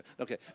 Okay